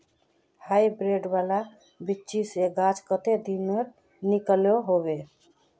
Hybrid वाला बिच्ची से गाछ कते दिनोत निकलो होबे?